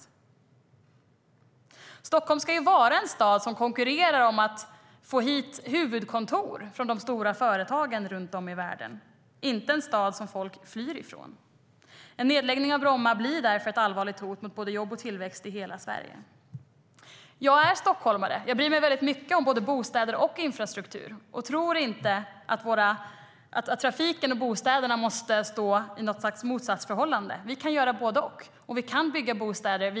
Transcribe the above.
Jag är stockholmare och bryr mig mycket om både bostäder och infrastruktur, och jag tror inte att trafik och bostäder måste stå i ett motsatsförhållande. Vi kan göra både och.